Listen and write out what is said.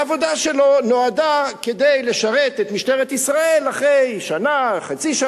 העבודה שלו נועדה לשרת את משטרת ישראל אחרי שנה-וחצי,